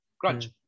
crunch